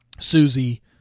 Susie